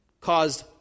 caused